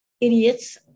idiots